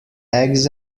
eggs